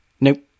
Nope